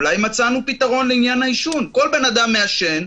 אולי מצאנו פתרון לעניין העישון כל בן אדם מעשן,